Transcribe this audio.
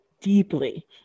deeply